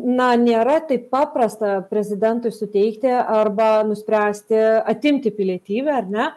na nėra taip paprasta prezidentui suteikti arba nuspręsti atimti pilietybę ar ne